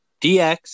DX